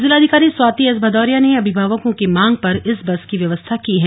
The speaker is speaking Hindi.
जिलाधिकारी स्वाति एस भदौरिया ने अभिभावकों की मांग पर इस बस की व्यवस्था की है